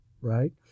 right